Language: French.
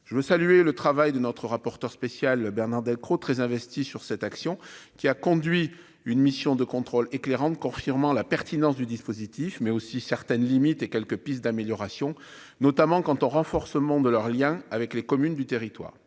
je veux saluer le travail de notre rapporteure spéciale : Bernard Delcros très investi sur cette action qui a conduit une mission de contrôle éclairante, confirmant la pertinence du dispositif mais aussi certaines limites et quelques pistes d'amélioration, notamment quant au renforcement de leurs Liens avec les communes du territoire,